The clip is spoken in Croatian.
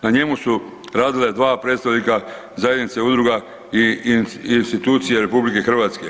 Na njemu su radila dva predstavnika zajednice udruga i institucije RH.